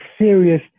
serious